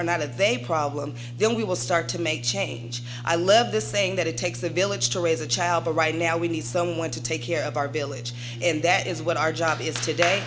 they problem then we will start to make change i left this saying that it takes a village to raise a child but right now we need someone to take care of our village and that is what our job is today